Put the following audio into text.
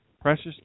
precious